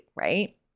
right